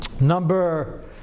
Number